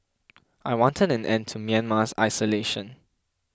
I wanted an end to Myanmar's isolation